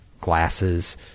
glasses